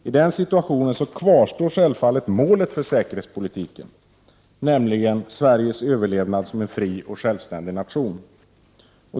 I den situationen kvarstår självfallet målet för säkerhetspolitiken, nämligen Sveriges överlevnad som en fri och självständig nation.